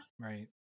right